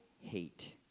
hate